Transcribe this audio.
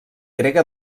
grega